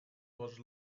was